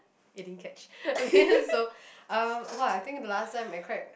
you didn't catch okay so um !wah! I think the last time I cried